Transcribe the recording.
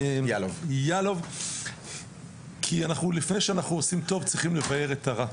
כי לפני שאנחנו עושים טוב צריכים לבער את הרע.